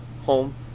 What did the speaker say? Home